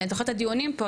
אני זוכרת את הדיונים פה,